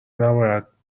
نباید